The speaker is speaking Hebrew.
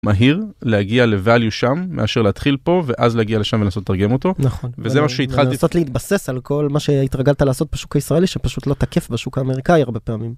מהיר להגיע לוואליו שם מאשר להתחיל פה ואז להגיע לשם ולנסות לתרגם אותו - נכון - וזה משהו שהתחלתי - לנסות להתבסס על כל מה שהתרגלת לעשות בשוק הישראלי שפשוט לא תקף בשוק האמריקאי הרבה פעמים.